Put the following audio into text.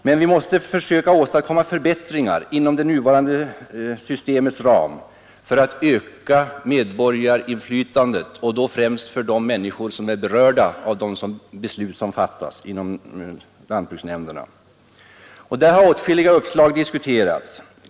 Men vi måste försöka åstadkomma förbättringar inom det nuvarande systemets ram för att öka medborgarinflytandet och då främst för dem som är berörda av de beslut som fattas inom lantbruksnämnderna. Där har åtskilliga uppslag diskuterats.